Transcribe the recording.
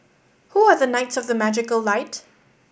who are the knights of the magical light